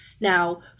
Now